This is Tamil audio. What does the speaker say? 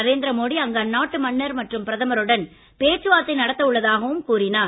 நரேந்திரமோடி அங்கு அந்நாட்டு மன்னர் மற்றும் பிரதமருடன் பேச்சுவார்த்தை நடத்த உள்ளதாகவும் கூறினார்